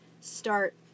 start